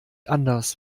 anders